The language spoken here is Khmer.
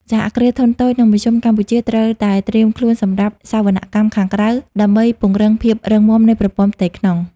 សហគ្រាសធុនតូច និងមធ្យម កម្ពុជាត្រូវតែត្រៀមខ្លួនសម្រាប់ "សវនកម្មខាងក្រៅ" ដើម្បីពង្រឹងភាពរឹងមាំនៃប្រព័ន្ធផ្ទៃក្នុង។